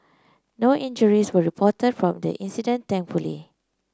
no injuries were reported from the incident thankfully